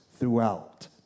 throughout